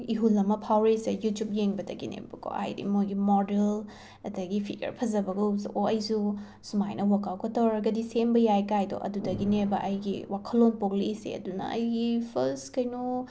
ꯏꯍꯨꯜ ꯑꯃ ꯐꯥꯎꯔꯛꯏꯁꯦ ꯌꯨꯇ꯭ꯌꯨꯞ ꯌꯦꯡꯕꯗꯒꯤꯅꯦꯕꯀꯣ ꯍꯥꯏꯗꯤ ꯃꯣꯏꯒꯤ ꯃꯣꯗꯦꯜ ꯑꯗꯒꯤ ꯐꯤꯒꯔ ꯐꯖꯕꯒ ꯎꯕꯁꯦ ꯑꯣ ꯑꯩꯁꯨ ꯁꯨꯃꯥꯏꯅ ꯋꯥꯛꯑꯥꯎꯠꯀ ꯇꯣꯔꯒꯗꯤ ꯁꯦꯝꯕ ꯌꯥꯏ ꯀꯥꯏꯗꯣ ꯑꯗꯨꯗꯒꯤꯅꯦꯕ ꯑꯩꯒꯤ ꯋꯥꯈꯜꯂꯣꯟ ꯄꯣꯛꯂꯛꯏꯁꯦ ꯑꯗꯨꯅ ꯑꯩꯒꯤ ꯐꯁ ꯀꯩꯅꯣ